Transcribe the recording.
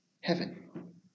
heaven